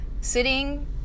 sitting